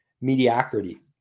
mediocrity